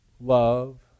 Love